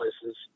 places